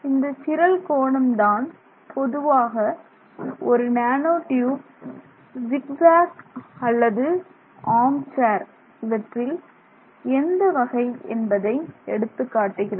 இந்தச் சிரல் கோணம் தான் பொதுவாக ஒரு நேனோ டியூப் ஜிக் ஜேக் அல்லது ஆர்ம் சேர் இவற்றில் எந்த வகை என்பதை எடுத்துக்காட்டுகிறது